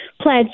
pledge